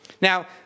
now